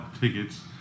tickets